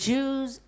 Jews